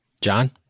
John